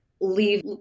leave